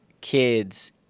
kids